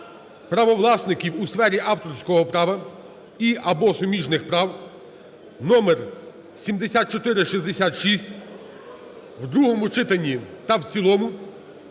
правовласників у сфері авторського права і (або) суміжних прав (номер 7466) в другому читанні та в цілому